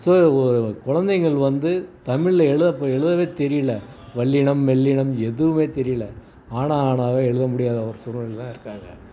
so கொழந்தைகள் வந்து தமிழில் எழுத எழுதவே தெரியல வல்லினம் மெல்லினம் எதுவுமே தெரியல ஆனால் ஆவன்னாவே எழுத முடியாத சூழ்நிலைலதான் இருக்காங்க